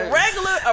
regular